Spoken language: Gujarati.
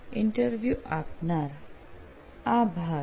ઈન્ટરવ્યુ આપનાર આભાર